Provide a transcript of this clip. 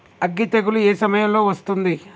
అగ్గి తెగులు ఏ సమయం లో వస్తుంది?